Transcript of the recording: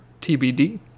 TBD